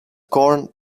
corn